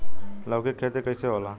लौकी के खेती कइसे होला?